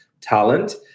talent